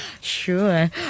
Sure